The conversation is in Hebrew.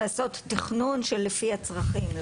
לעשות תכנון שלפי הצרכים,